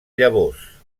llavors